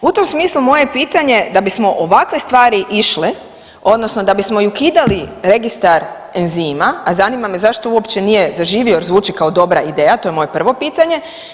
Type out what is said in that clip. U tom smislu moje je pitanje da bismo ovakve stvari išle odnosno da bismo i ukidali registar enzima, a zanima me zašto uopće nije zaživio jer zvuči kao dobra ideja, to je moje prvo pitanje.